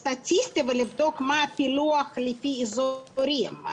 הסטטיסטיקה ולבדוק פילוח לפי אזורים.